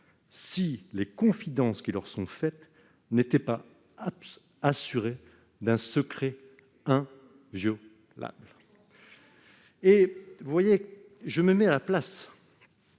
si les confidences qui leur sont faites n'étaient assurées d'un secret inviolable. » Je me mets à la place